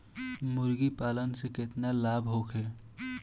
मुर्गीपालन से केतना लाभ होखे?